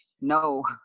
no